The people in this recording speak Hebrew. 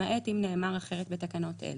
למעט אם נאמר אחרת בתקנות אלה.